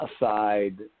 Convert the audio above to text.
aside